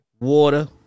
water